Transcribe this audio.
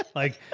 like,